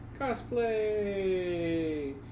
cosplay